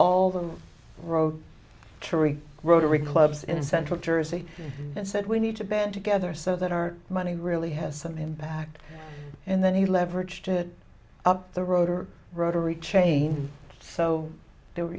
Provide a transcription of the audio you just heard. all the roads to wreak rotary clubs in central jersey and said we need to band together so that our money really has some impact and then he leveraged it up the road or rotary chain so there